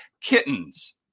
Kittens